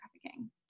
trafficking